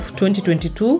2022